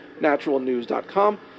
naturalnews.com